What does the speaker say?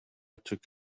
took